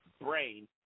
brain